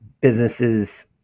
Businesses